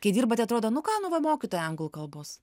kai dirbate atrodo nu ką nu va mokytoja anglų kalbos